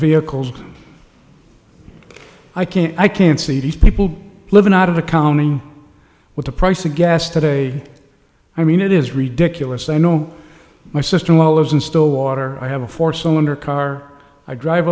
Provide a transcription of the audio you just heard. vehicles i can't i can't see these people living out of the county with the price of gas today i mean it is ridiculous i know my sister in law lives in stillwater i have a four cylinder car i drive